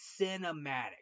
cinematic